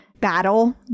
battle